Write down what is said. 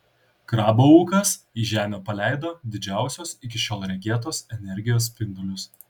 krabo ūkas į žemę paleido didžiausios iki šiol regėtos energijos spindulius